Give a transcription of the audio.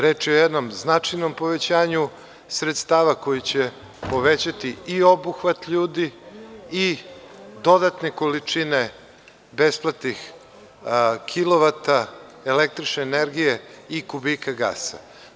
Reč je o jednom značajnom povećanju sredstava koje će povećati i obuhvat ljudi i dodatne količine besplatnih kilovata električne energije i kubike gasa.